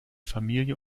familie